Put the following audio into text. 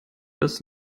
das